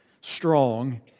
strong